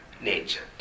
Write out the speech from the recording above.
nature